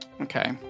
okay